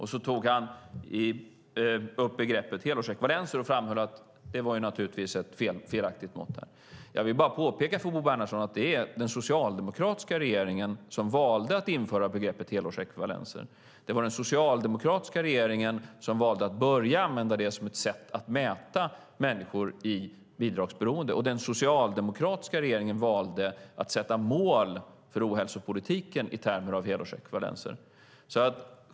Han tog upp begreppet helårsekvivalenser och framhöll att det var ett felaktigt mått. Jag vill bara påpeka för Bo Bernhardsson att det var den socialdemokratiska regeringen som valde att införa begreppet helårsekvivalenser. Det var den socialdemokratiska regeringen som valde att börja använda det som ett sätt att mäta människor i bidragsberoende. Den socialdemokratiska regeringen valde att sätta mål för ohälsopolitiken i termer av helårsekvivalenser.